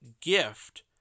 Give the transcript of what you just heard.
gift